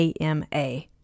AMA